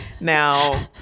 Now